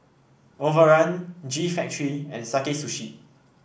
Overrun G Factory and Sakae Sushi